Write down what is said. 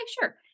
sure